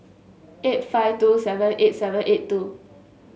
eight five two seven eight seven eight two